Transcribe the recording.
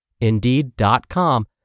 Indeed.com